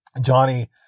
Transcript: Johnny